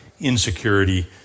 insecurity